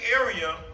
area